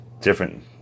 different